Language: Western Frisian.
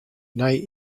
nij